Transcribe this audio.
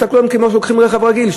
הסתכלו עליהם כאילו הם לקחו רכב רגיל.